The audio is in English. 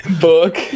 Book